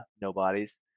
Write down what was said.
nobodies